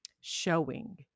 showing